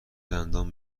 دندان